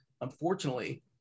unfortunately